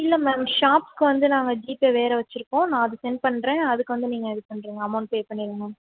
இல்லை மேம் ஷாப்புக்கு வந்து நாங்கள் ஜீபே வேறு வச்சுருக்கோம் நான் அது சென்ட் பண்ணுறேன் அதுக்கு வந்து நீங்கள் இது பண்ணிவிடுங்க அமௌண்ட் பே பண்ணிவிடுங்க மேம்